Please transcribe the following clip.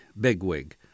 bigwig